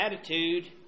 attitude